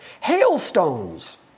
hailstones